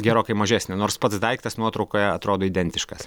gerokai mažesnė nors pats daiktas nuotraukoje atrodo identiškas